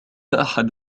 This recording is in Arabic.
أحد